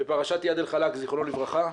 בפרשת איאד אל חלאק זכרונו לברכה,